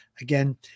again